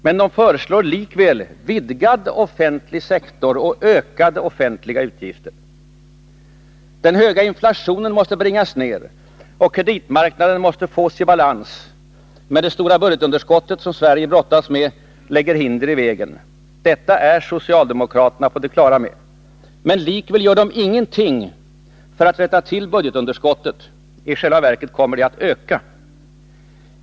Men de föreslår likväl vidgad offentlig sektor och ökade offentliga utgifter. Den höga inflationen måste bringas ned, och kreditmarknaden måste fås i balans. Men det stora budgetunderskott som Sverige brottas med lägger hinder i vägen. Detta är socialdemokraterna på det klara med. Likväl gör de ingenting för att rätta till budgetunderskottet. I själva verket kommer det att öka.